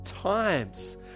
times